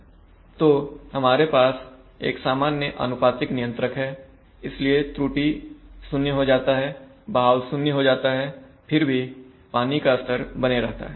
तो हमारे पास एक सामान्य अनुपातिक नियंत्रक है इसलिए त्रुटि 0 हो जाता है बहाव शून्य हो जाता हैफिर भी पानी का स्तर बने रहता है